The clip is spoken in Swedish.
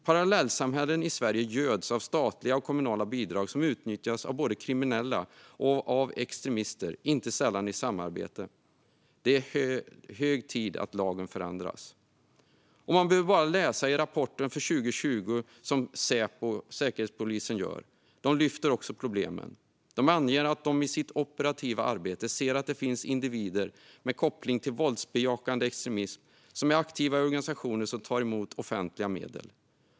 Parallellsamhällen i Sverige göds av statliga och kommunala bidrag som utnyttjas av både kriminella och av extremister, inte sällan i samarbete. Det är hög tid att lagen förändras. I sin årsbok för 2020 lyfter också Säkerhetspolisen fram problemen och anger att de i sitt operativa arbete ser att det finns individer med koppling till våldsbejakande extremism som är aktiva i organisationer som tar emot offentliga medel.